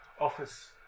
Office